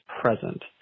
present